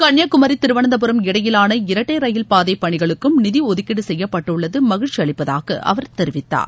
கன்னியாகுமரி திருவனந்தபுரம் இடையிலான இரட்டை ரயில் பாதை பணிகளுக்கும் நிதி ஒதுக்கீடு செய்யப்பட்டுள்ளது மகிழ்ச்சி அளிப்பதாக அவர் தெரிவித்தார்